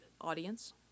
audience